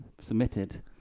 submitted